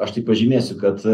aš tai pažymėsiu kad